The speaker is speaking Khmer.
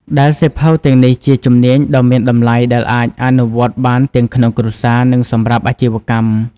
ដែលសៀវភៅទាំងនេះជាជំនាញដ៏មានតម្លៃដែលអាចអនុវត្តបានទាំងក្នុងគ្រួសារ និងសម្រាប់អាជីវកម្ម។